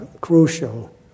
Crucial